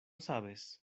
sabes